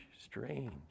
strange